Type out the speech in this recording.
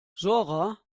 zora